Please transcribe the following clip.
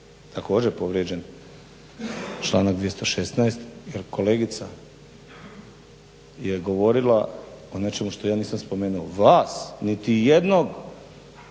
također povrijeđen članak 216. jer kolegica je govorila o nečemu što ja nisam spomenuo vas niti jednog